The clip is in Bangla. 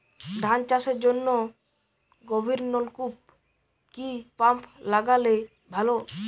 ধান চাষের জন্য গভিরনলকুপ কি পাম্প লাগালে ভালো?